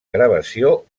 gravació